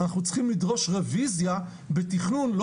אנחנו צריכים לדרוש ריביזיה בתכנון לא